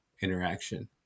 interaction